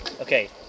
Okay